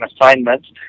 assignments